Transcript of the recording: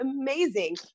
amazing